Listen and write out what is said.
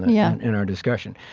yeah, in our discussion.